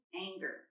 anger